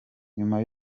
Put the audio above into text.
nyuma